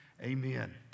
Amen